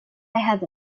have